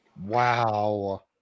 wow